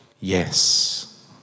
Yes